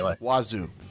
Wazoo